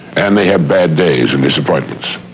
and they have bad days and disappointments.